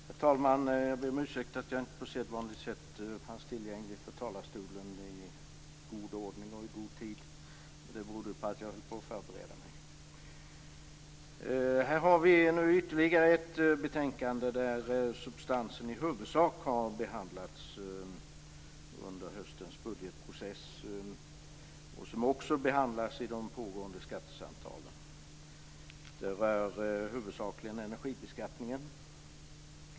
Herr talman! Jag ber om ursäkt för att jag inte på sedvanligt sätt fanns tillgänglig vid talarstolen i god ordning och i god tid. Det berodde på att jag höll på att förbereda mig. Här har vi nu ytterligare ett betänkande där substansen i huvudsak har behandlats under höstens budgetprocess och också behandlas i de pågående skattesamtalen. Det rör huvudsakligen energibeskattningen.